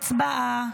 הצבעה.